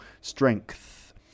strength